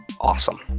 Awesome